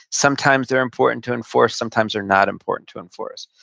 sometimes they're important to enforce. sometimes they're not important to enforce.